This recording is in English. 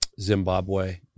Zimbabwe